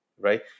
right